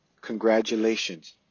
congratulations